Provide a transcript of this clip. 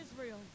Israel